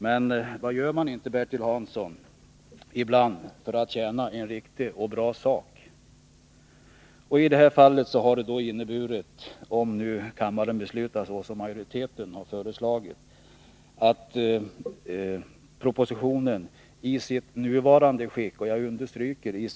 Men vad gör man inte, Bertil Hansson, för att tjäna en riktig och bra sak? I det här fallet innebär det, om kammaren beslutar såsom utskottsmajoriteten föreslagit, att propositionen i sitt nuvarande skick avslås.